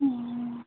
ও